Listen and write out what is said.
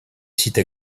site